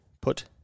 put